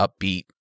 upbeat